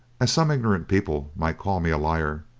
as some ignorant people might call me a liar.